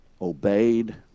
Obeyed